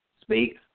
speak